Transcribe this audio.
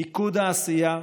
מיקוד העשייה,